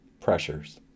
pressures